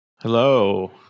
Hello